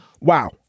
Wow